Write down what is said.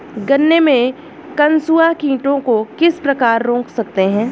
गन्ने में कंसुआ कीटों को किस प्रकार रोक सकते हैं?